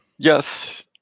Yes